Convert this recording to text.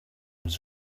was